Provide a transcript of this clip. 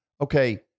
Okay